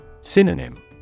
Synonym